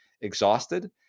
exhausted